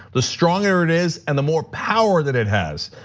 the stronger it is, and the more power that it has.